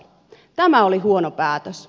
tämä oli huono päätös